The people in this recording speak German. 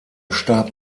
starb